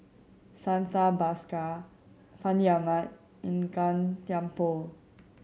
Santha Bhaskar Fandi Ahmad and Gan Thiam Poh